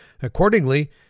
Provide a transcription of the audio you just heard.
Accordingly